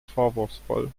vorwurfsvoll